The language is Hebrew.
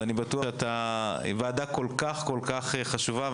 זאת ועדה כל-כך חשובה.